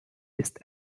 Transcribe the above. ist